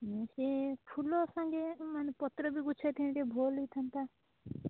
ହୁଁ ସେ ଫୁଲ ସାଙ୍ଗେ ମାନେ ପତର ବି ଗୁଚ୍ଛା ହେଇଥିନେ ଟିକେ ଭଲ୍ ହେଇଥାନ୍ତା